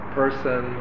person